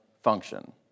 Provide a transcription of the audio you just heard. function